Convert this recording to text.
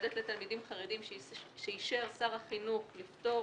שמיועדת לתלמידים חרדים שאישר שר החינוך לפטור